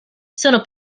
sono